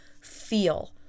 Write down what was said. feel